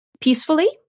peacefully